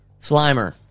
Slimer